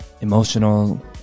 emotional